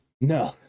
No